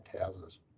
houses